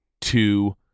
two